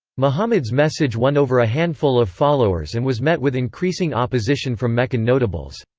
muhammad's message won over a handful of followers and was met with increasing opposition from meccan notables.